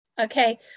Okay